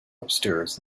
upstairs